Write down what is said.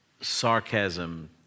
sarcasm